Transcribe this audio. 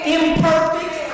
imperfect